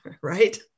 right